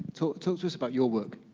talk talk to us about your work.